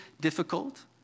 difficult